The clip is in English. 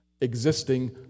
existing